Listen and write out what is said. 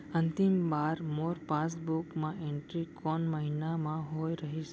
अंतिम बार मोर पासबुक मा एंट्री कोन महीना म होय रहिस?